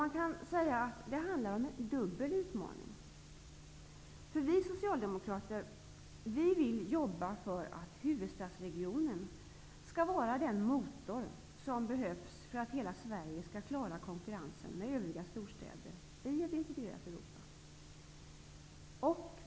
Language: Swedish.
Man kan säga att det handlar om en dubbel utmaning. Vi socialdemokrater vill jobba för att huvudstadsregionen skall vara den motor som behövs för att hela Sverige skall klara konkurrensen med övriga storstäder i ett integrerat Europa.